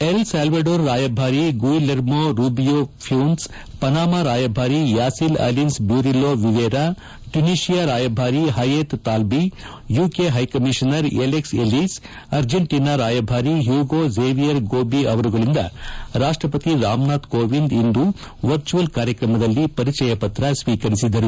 L Salvador ರಾಯಭಾರಿ Guillermo Rubio Funes Panama ರಾಯಭಾರಿ Yasiel Alins Burillo Rivera Tunisia ರಾಯಭಾರಿ Hayet Talfi UK high commissioner Alex Ellis Argentina ರಾಯಭಾರಿ Hugo Javier Gobbi ಅವರುಗಳಿಂದ ರಾಷ್ರ ಪತಿ ರಾಮನಾಥ್ ಇಂದು ವರ್ಚುಯಲ್ ಕಾರ್ಯಕ್ರಮದಲ್ಲಿ ಪರಿಚಯ ಪತ್ರ ಸ್ವೀಕರಿಸಿದರು